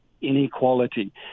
inequality